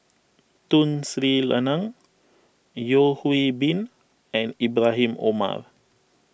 Tun Sri Lanang Yeo Hwee Bin and Ibrahim Omar